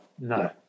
No